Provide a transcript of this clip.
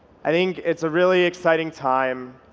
i think it's a really exciting time.